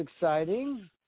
exciting